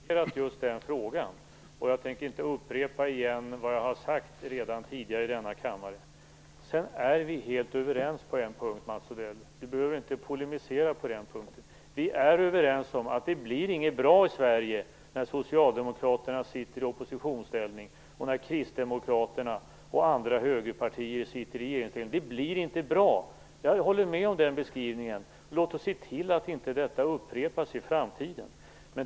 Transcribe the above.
Herr talman! Om Mats Odell hade lyssnat på mina tidigare inlägg i debatten hade han hört att jag utförligt har kommenterat just den frågan. Jag tänker inte upprepa vad jag redan tidigare har sagt i denna kammare. Vi är helt överens på en punkt, Mats Odell. Vi behöver inte polemisera på den punkten. Vi är överens om att det inte blir bra i Sverige när Socialdemokraterna sitter i oppositionsställning och när Kristdemokraterna och andra högerpartier sitter i regeringsställning. Jag håller med om den beskrivningen. Låt oss se till att detta inte upprepas i framtiden.